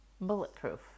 Bulletproof